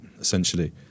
essentially